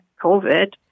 COVID